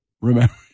remember